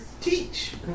teach